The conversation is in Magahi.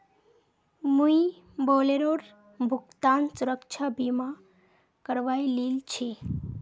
मुई बोलेरोर भुगतान सुरक्षा बीमा करवइ लिल छि